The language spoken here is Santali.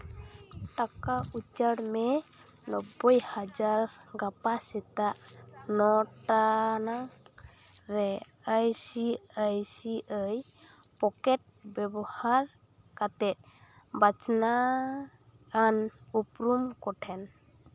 ᱴᱟᱠᱟ ᱩᱪᱟᱹᱲ ᱢᱮ ᱱᱳᱵᱽᱵᱳᱭ ᱦᱟᱡᱟᱨ ᱜᱟᱯᱟ ᱥᱮᱛᱟᱜ ᱱᱚ ᱴᱟᱲᱟᱝ ᱨᱮ I C I C I pocket ᱵᱮᱵᱚᱦᱟᱨ ᱠᱟᱛᱮᱫ ᱵᱟᱪᱷᱱᱟᱣᱟᱱ ᱩᱯᱨᱩᱢ ᱠᱚᱴᱷᱮᱱ